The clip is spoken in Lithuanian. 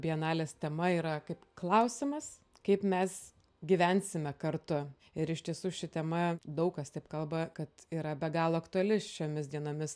bienalės tema yra kaip klausimas kaip mes gyvensime kartu ir iš tiesų ši tema daug kas taip kalba kad yra be galo aktuali šiomis dienomis